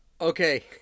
Okay